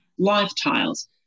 Lifetiles